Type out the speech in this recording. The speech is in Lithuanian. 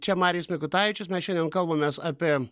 čia marijus mikutavičius mes šiandien kalbamės apie